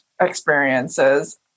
experiences